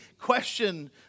question